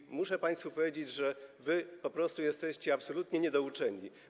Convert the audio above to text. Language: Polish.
I muszę państwu powiedzieć, że wy po prostu jesteście absolutnie niedouczeni.